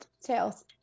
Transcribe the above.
Tails